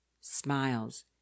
smiles